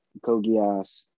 Kogias